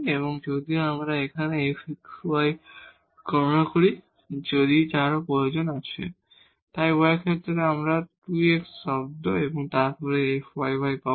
এবং যদি আমরা এখানে fxy গণনা করি যার প্রয়োজনও আছে তাহলে তাই y এর ক্ষেত্রে এখানে আমরা 2 x টার্ম এবং তারপর fyy পাব